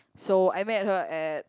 so I met her at